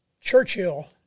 Churchill